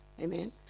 amen